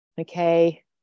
Okay